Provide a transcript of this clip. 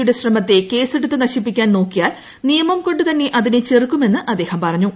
യുടെ ശ്രമത്തെ കേസെടുത്ത് നശിപ്പിക്കാൻ നോക്കിയാൽ നിയമം കൊണ്ട് തന്നെ അതിനെ ചെറുക്കുമെന്ന് അദ്ദേഹം പറഞ്ഞു